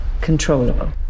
controllable